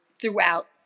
throughout